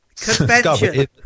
Convention